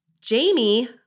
Jamie